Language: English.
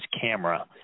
camera